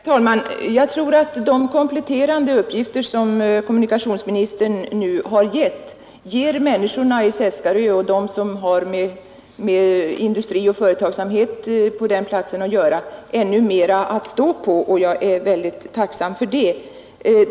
Herr talman! Jag tror att de kompletterande uppgifter som kommunikationsministern nu har lämnat ger människorna i Seskarö och dem som har med industri och företagsamhet på den platsen att göra fastare mark att stå på, och jag är tacksam för det.